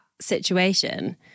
situation